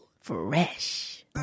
Fresh